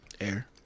Air